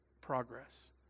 progress